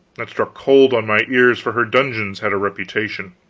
that struck cold on my ears, for her dungeons had a reputation.